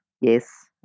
Yes